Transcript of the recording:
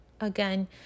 Again